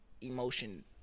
emotion